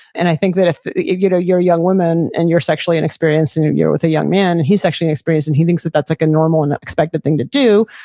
and i think that if, you know, you're young woman and you're sexually inexperienced and you're with a young man and he's sexually experienced and he thinks that that's like a normal and expected thing to do,